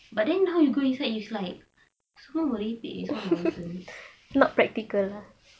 but then now you go inside is like semua merepek is all nonsense